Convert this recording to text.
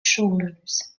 shoulders